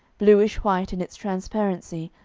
bluish-white in its transparency,